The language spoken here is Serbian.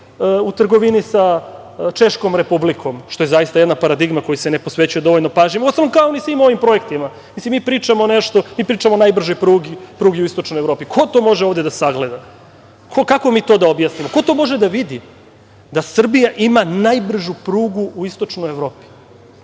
u trgovini sa Češkom Republikom, što je zaista jedna paradigma kojoj se ne posvećuje više pažnje, ostalom kao ni svim ovim projektima. Mi pričamo o najbržoj pruzi u Istočnoj Evropi. Ko to može ovde da sagleda? Kako mi to da objasnimo? Ko to može da vidi da Srbija ima najbržu prugu u Istočnoj Evropi? Mi